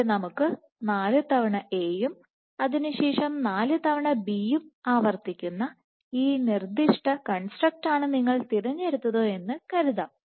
ഇവിടെ നമുക്ക് നാല് തവണ എ യും അതിനുശേഷം നാലു തവണ ബി യും ആവർത്തിക്കുന്ന ഈ നിർദ്ദിഷ്ട കൺസ്ട്രക്ടറ്റ് ആണ് നിങ്ങൾ തിരഞ്ഞെടുത്തത് എന്ന് കരുതാം